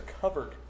covered